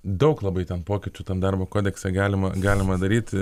daug labai ten pokyčių tam darbo kodekse galima galima daryti